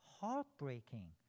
heartbreaking